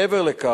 מעבר לכך,